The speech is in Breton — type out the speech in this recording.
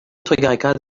trugarekaat